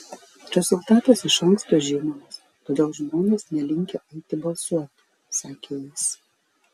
rezultatas iš anksto žinomas todėl žmonės nelinkę eiti balsuoti sakė jis